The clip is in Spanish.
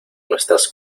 nuestras